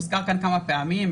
הוזכר כאן כמה פעמים,